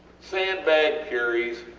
sandbag carries,